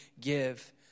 give